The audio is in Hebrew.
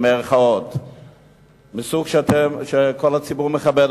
מהסוג שכל הציבור מכבד,